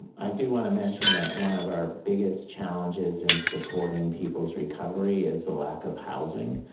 i do want to mention that one of our biggest challenges in supporting people's recovery is the lack of housing.